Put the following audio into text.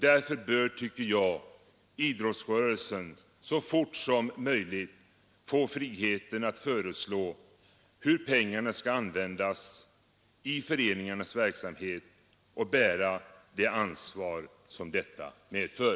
Därför bör, tycker jag, idrottsrörelsen så fort som möjligt få friheten att föreslå hur pengarna skall användas i föreningarnas verksamhet och bära det ansvar som detta medför.